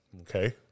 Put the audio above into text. Okay